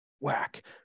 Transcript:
whack